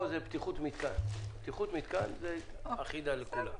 יש עוד התייחסויות לסעיף 14?